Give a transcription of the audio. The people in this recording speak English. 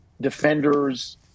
defenders